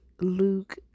Luke